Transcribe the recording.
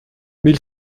mille